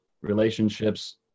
relationships